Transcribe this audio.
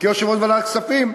כיושב-ראש ועדת הכספים.